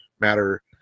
matter